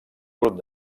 grup